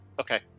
Okay